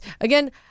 again